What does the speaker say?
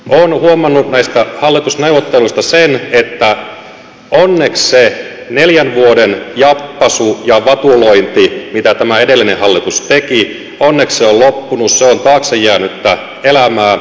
olen huomannut näistä hallitusneuvotteluista sen että onneksi se neljän vuoden jappaisu ja vatulointi mitä edellinen hallitus teki on loppunut se on taakse jäänyttä elämää